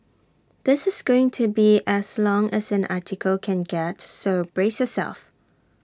this is going to be as long as an article can get so brace yourself